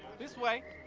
this way.